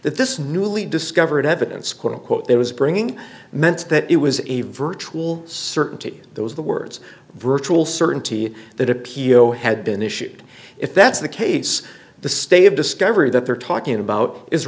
that this newly discovered evidence quote unquote it was bringing meant that it was a virtual certainty that was the words virtual certainty that appeal had been issued if that's the case the state of discovery that they're talking about is